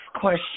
question